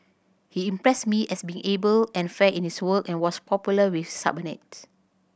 he impressed me as being able and fair in his work and was popular with subordinate